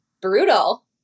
Brutal